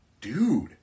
dude